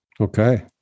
Okay